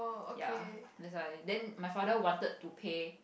ya that's why then my father wanted to pay